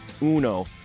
uno